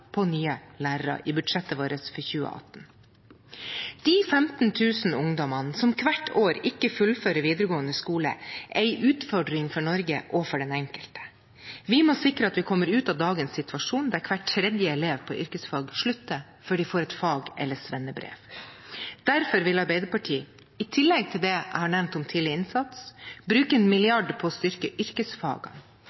på nye lærere i budsjettet vårt for 2018. De 15 000 ungdommene som hvert år ikke fullfører videregående skole, er en utfordring for Norge og for den enkelte. Vi må sikre at vi kommer ut av dagens situasjon der hver tredje elev på yrkesfag slutter før de får et fag- eller svennebrev. Derfor vil Arbeiderpartiet, i tillegg til det jeg har nevnt om tidlig innsats, bruke en